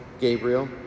Gabriel